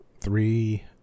three